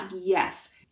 Yes